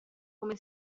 come